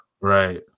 Right